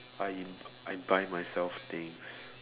I I buy myself things